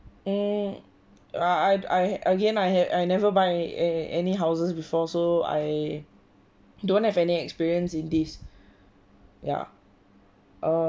mm I I I again I have I never buy a any houses before so I don't have any experience in this ya err